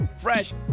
Fresh